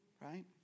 right